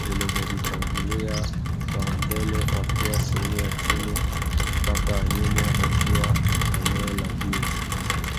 vilivyojipangilia, wa mbele wakiwa sehemu ya chini, mpaka wa nyuma wakiwa eneo la juu.